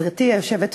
מרדכי יוגב.